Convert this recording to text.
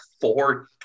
four